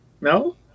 No